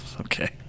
Okay